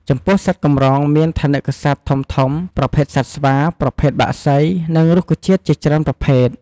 ចំពោះសត្វកម្រមានថនិកសត្វធំៗ ប្រភេទសត្វស្វា ប្រភេទបក្សី និងរុក្ខជាតិជាច្រើនប្រភេទ។